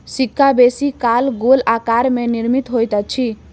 सिक्का बेसी काल गोल आकार में निर्मित होइत अछि